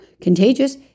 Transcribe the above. contagious